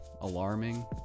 alarming